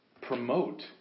promote